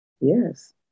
Yes